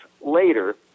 later